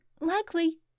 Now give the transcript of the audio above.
Likely